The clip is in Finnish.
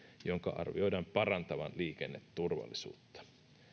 jonka arvioidaan parantavan liikenneturvallisuutta